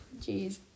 jeez